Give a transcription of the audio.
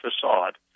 facade